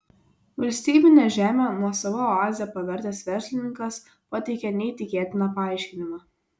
valstybinę žemę nuosava oaze pavertęs verslininkas pateikė neįtikėtiną paaiškinimą